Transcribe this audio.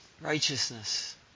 Righteousness